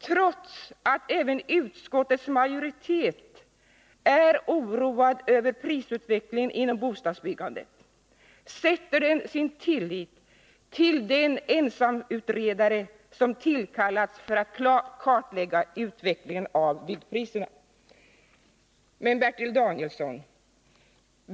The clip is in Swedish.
Trots att även utskottets majoritet är oroad över prisutvecklingen inom bostadsbyggandet sätter den sin lit till den ensamutredare som tillkallats för att kartlägga utvecklingen av byggpriserna. Bertil Danielsson!